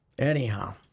anyhow